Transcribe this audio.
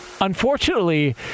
unfortunately